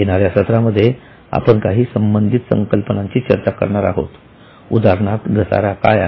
येणाऱ्या सत्रामध्ये आपण काही संबंधित संकल्पनांची चर्चा करणार आहोत उदाहरणार्थ घसारा काय आहे